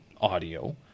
audio